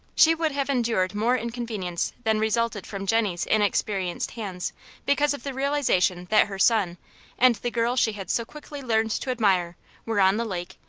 she would have endured more inconvenience than resulted from jennie's inexperienced hands because of the realization that her son and the girl she had so quickly learned to admire were on the lake,